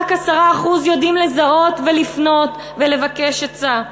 רק 10% יודעים לזהות ולפנות ולבקש עצה.